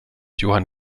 johann